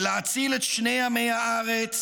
ולהציל את שני עמי הארץ